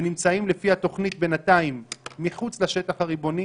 שנמצאים לפי התוכנית בינתיים מחוץ לשטח הריבוני,